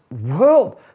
world